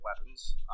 weapons